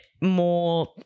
more